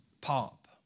pop